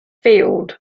field